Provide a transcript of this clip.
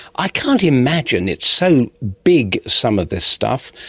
i can't imagine, it's so big some of this stuff,